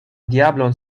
diablon